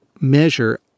measure